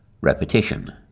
Repetition